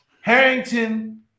Harrington